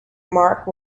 mark